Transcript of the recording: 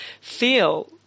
feel